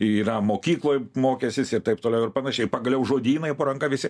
yra mokykloj mokęsis ir taip toliau ir panašiai pagaliau žodynai po ranka visi